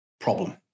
problem